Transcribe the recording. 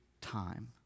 time